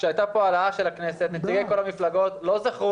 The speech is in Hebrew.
כשהייתה פה העלאה של הכנסת נציגי כל המפלגות לא זכרו